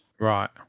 Right